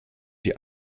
die